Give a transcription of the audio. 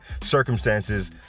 circumstances